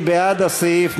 מי בעד הסעיף?